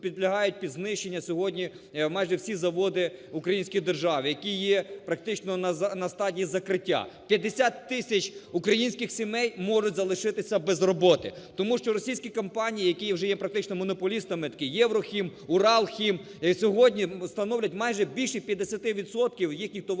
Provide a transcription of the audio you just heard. підлягають під знищення сьогодні майже всі заводи в українській державі, які є практично на стадії закриття, 50 тисяч українських сімей можуть залишитися без роботи. Тому що російські компанії, які вже є практично монополістами, такі як "ЄвроХім", "Уралхім", сьогодні становлять майже більше 50 відсотків